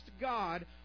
God